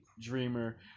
Dreamer